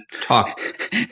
talk